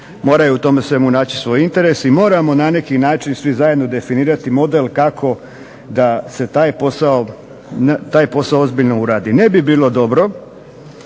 moraju u tome svemu naći svoj interes, i moramo na neki način svi zajedno definirati model kako da se taj posao ozbiljno uradi. Ne bi bilo dobro